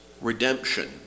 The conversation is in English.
redemption